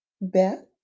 Beth